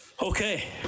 Okay